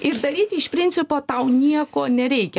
ir daryti iš principo tau nieko nereikia